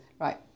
Right